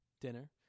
Dinner